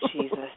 Jesus